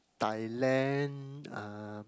Thailand uh